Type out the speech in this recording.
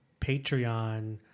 Patreon